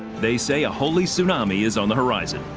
they say a holy tsunami is on the horizon.